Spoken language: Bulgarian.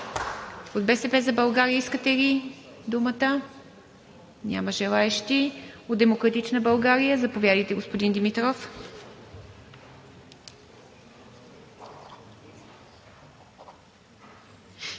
От „БСП за България“ искате ли думата? Няма желаещи. От „Демократична България“? Заповядайте, господин Димитров.